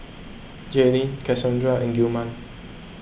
Jayleen Cassondra and Gilman